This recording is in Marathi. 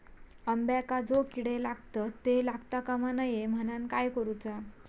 अंब्यांका जो किडे लागतत ते लागता कमा नये म्हनाण काय करूचा?